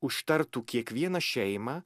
užtartų kiekvieną šeimą